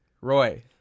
Roy